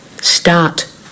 Start